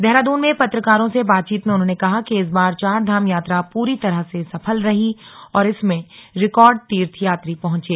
देहरादून में पत्रकारों से बातचीत में उन्होंने कहा कि इस बार चारधाम यात्रा पूरी तरह से सफल रही और इसमें रिकार्ड तीर्थयात्री पहुंचे